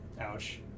Ouch